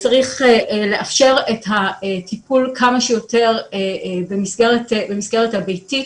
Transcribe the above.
צריך לאפשר את הטיפול כמה שיותר במסגרת הביתית